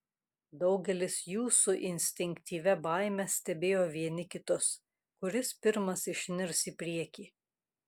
daugelis jų su instinktyvia baime stebėjo vieni kitus kuris pirmas išnirs į priekį